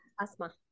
Asma